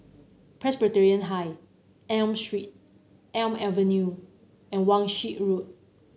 Presbyterian High Elm Street Elm Avenue and Wan Shih Road